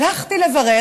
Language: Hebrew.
הלכתי לברר.